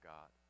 God